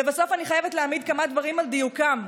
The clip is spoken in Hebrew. לבסוף, אני חייבת להעמיד כמה דברים על דיוקם.